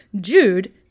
Jude